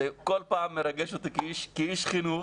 זה כל פעם מרגש אותי כאיש חינוך